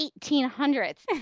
1800s